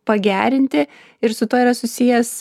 pagerinti ir su tuo yra susijęs